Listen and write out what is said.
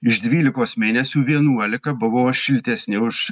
iš dvylikos mėnesių vienuolika buvo šiltesni už